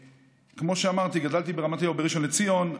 כמו שאמרתי, גדלתי ברמת אליהו בראשון לציון,